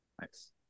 Nice